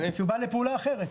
הוא בא לפעולה אחרת.